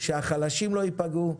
שהחלשים לא ייפגעו,